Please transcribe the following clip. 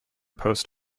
post